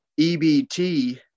EBT